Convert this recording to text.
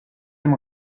dem